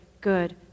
good